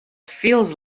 feels